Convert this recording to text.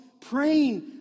praying